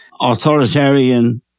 authoritarian